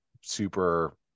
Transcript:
super